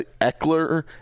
Eckler